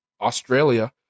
Australia